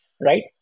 right